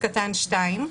סעיף (2)"